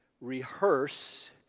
rehearse